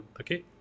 okay